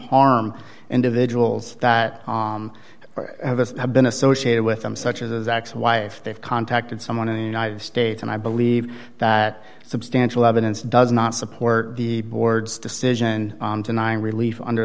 harm individuals that have been associated with them such as x y if they've contacted someone in the united states and i believe that substantial evidence does not support the board's decision on denying relief under